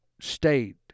state